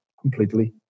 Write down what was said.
completely